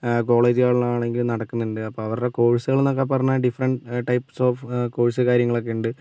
കോളേജുകളിലാണെങ്കിൽ നടക്കുന്നുണ്ട് അപ്പോൾ അവരുടെ കോഴ്സുകൾ എന്നൊക്കെ പറഞ്ഞാൽ ഡിഫറെൻറ് ടൈപ്പ് ഓഫ് കോഴ്സ് കാര്യങ്ങളൊക്കെയുണ്ട്